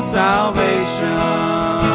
salvation